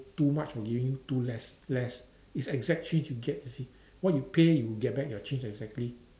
too much or giving you too less less is exact change you get you see what you pay you will get back your change exactly